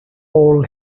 all